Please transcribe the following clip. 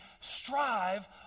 strive